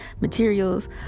materials